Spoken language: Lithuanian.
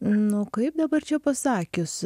nu kaip dabar čia pasakius